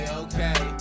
okay